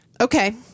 okay